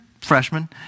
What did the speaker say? freshman